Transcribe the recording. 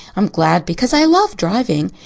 i'm glad because i love driving.